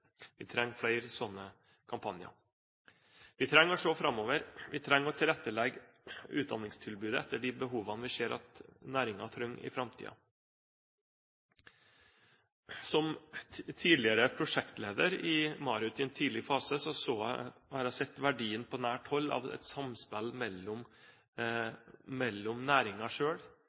Vi trenger flere sånne kampanjer. Vi trenger å se framover. Vi trenger å tilrettelegge utdanningstilbudet etter de behovene vi ser at næringen trenger i framtiden. Som tidligere prosjektleder i MARUT i en tidlig fase har jeg på nært hold sett verdien av et samspill mellom